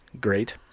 Great